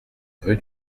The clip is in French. rue